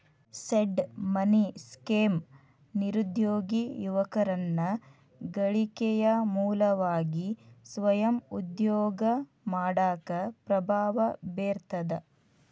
seed money scheme ನಿರುದ್ಯೋಗಿ ಯುವಕರನ್ನ ಗಳಿಕೆಯ ಮೂಲವಾಗಿ ಸ್ವಯಂ ಉದ್ಯೋಗ ಮಾಡಾಕ ಪ್ರಭಾವ ಬೇರ್ತದ